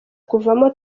kuvamo